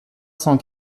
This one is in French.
cent